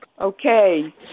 Okay